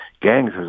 gangs